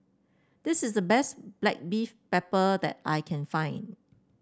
this is the best black beef pepper that I can find